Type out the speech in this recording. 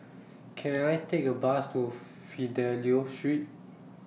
Can I Take A Bus to Fidelio Street